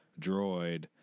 droid